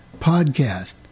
podcast